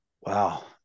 Wow